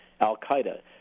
Al-Qaeda